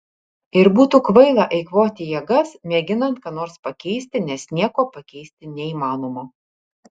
ir būtų kvaila eikvoti jėgas mėginant ką nors pakeisti nes nieko pakeisti neįmanoma